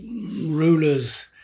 rulers